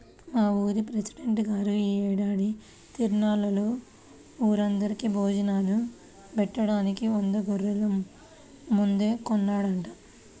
మా ఊరి పెసిడెంట్ గారు యీ ఏడాది తిరునాళ్ళలో ఊరందరికీ భోజనాలు బెట్టడానికి వంద గొర్రెల్ని ముందే కొన్నాడంట